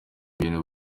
bintu